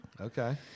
Okay